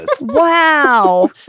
wow